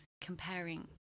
comparing